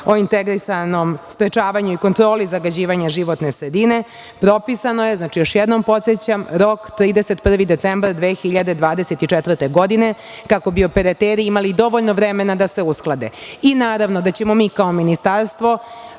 o integrisanom sprečavanju i kontroli zagađivanja životne sredine, propisan je rok 31. decembar 2014. godine kako bi operateri imali dovoljno vremena da se usklade. Naravno, mi ćemo kao ministarstvo,